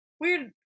Weird